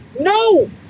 No